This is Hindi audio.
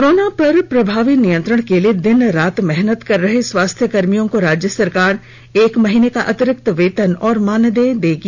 कोरोना पर प्रभावी नियंत्रण के लिए दिन रात मेहनत कर रहे स्वास्थ्य कर्मियों को राज्य सरकार एक माह का अतिरिक्त वेतन और मानदेय देगी